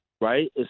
right